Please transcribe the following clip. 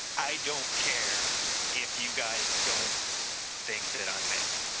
i don't care if you guys don't think that i'm manly